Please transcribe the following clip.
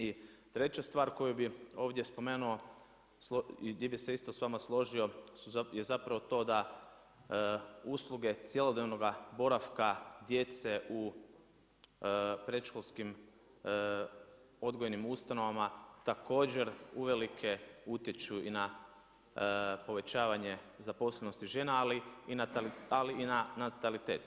I treća stvar koju bi ovdje spomenu, gdje bi se isto s vama složio je zapravo to da usluge cjelodnevnoga boravka djece u predškolskim odgojnim ustanovama, također, uvelike utječu i na povećavanje zaposlenosti žena, ali i na natalitet.